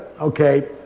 okay